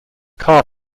car